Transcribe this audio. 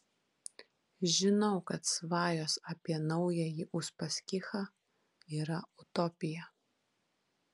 žinau kad svajos apie naująjį uspaskichą yra utopija